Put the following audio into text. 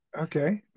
Okay